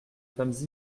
femmes